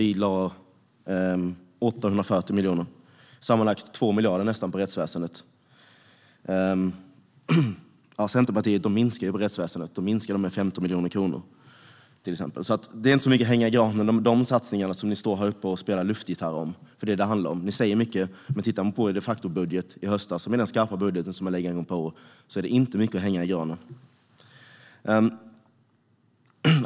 Vi lade 840 miljoner och sammanlagt nästan 2 miljarder på rättsväsendet. Centerpartiet minskar anslagen till rättsväsendet med 15 miljoner kronor. De satsningar man står här i talarstolen och spelar luftgitarr med är alltså inte mycket att hänga i granen. Man säger mycket, men tittar vi på de faktiska budgetförslagen i höstas - de skarpa förslag som läggs fram en gång per år - är det inte mycket att hänga i granen.